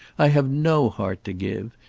i have no heart to give.